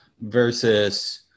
versus